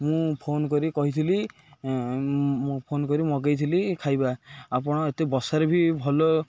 ମୁଁ ଫୋନ କରି କହିଥିଲି ମୁଁ ଫୋନ କରି ମଗାଇଥିଲି ଖାଇବା ଆପଣ ଏତେ ବର୍ଷାରେ ବି ଭଲ